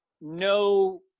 no